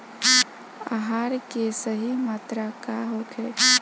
आहार के सही मात्रा का होखे?